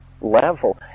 level